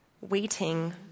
waiting